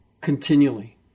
continually